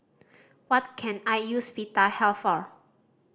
what can I use Vitahealth for